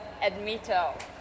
admito